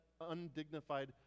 undignified